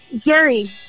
Gary